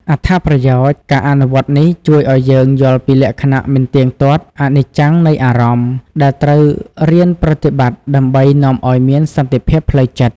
អត្ថប្រយោជន៍ ការអនុវត្តន៍នេះជួយឲ្យយើងយល់ពីលក្ខណៈមិនទៀងទាត់ អនិច្ចំនៃអារម្មណ៍ ដែលត្រូវរៀនប្រត្តិបត្តិដើម្បីនាំឲ្យមានសន្តិភាពផ្លូវចិត្ត។